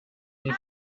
die